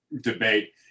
Debate